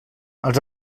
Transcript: als